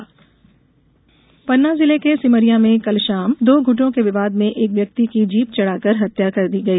हत्या आग पन्ना जिले के सिमरिया में कल शाम दो गुटों के विवाद में एक व्यक्ति की जीप चढ़ाकर हत्या कर दी गई